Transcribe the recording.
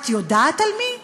את יודעת על מי?